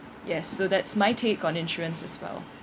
yes so that's my take on insurance as well